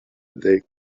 they